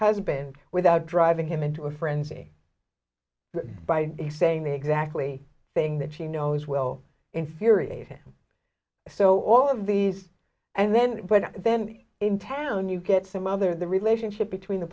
husband without driving him into a frenzy by saying the exactly thing that she knows will infuriate him so all of these and then but then in town you get some other the relationship between the